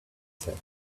said